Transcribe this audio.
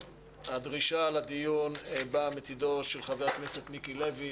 הדרישה לדיון באה מצדם של חבר הכנסת מיקי לוי,